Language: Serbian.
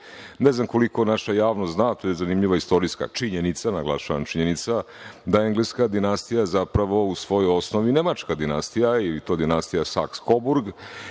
Ne znam koliko naša javnost zna, to je zanimljiva istorijska činjenica, naglašavam činjenica, da je engleska dinastija zapravo u svojoj osnovi nemačka dinastija i to dinastija Saks-Koburg